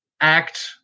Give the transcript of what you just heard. act